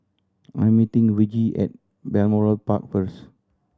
I am meeting Virgie at Balmoral Park first